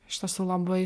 iš tiesų labai